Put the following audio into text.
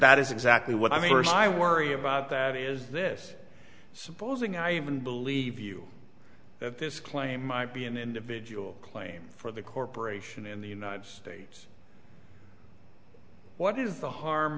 that is exactly what i mean first i worry about that is this supposing i even believe you that this claim might be an individual claim for the corporation in the united states what is the harm